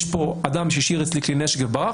יש כאן אדם שהשאיר אצלי כלי נשק וברח,